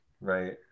Right